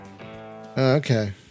Okay